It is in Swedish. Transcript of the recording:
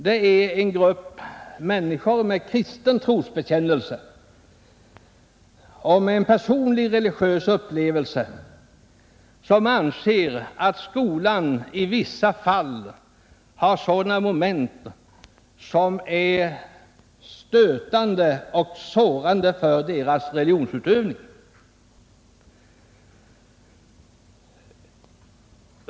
Det är en grupp människor med kristen trosbekännelse och med en personlig religiös upplevelse som anser att skolan i vissa fall har sådana moment som är stötande och sårande för deras religionsutövning.